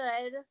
good